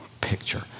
picture